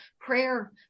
prayer